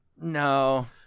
No